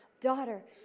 Daughter